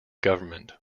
government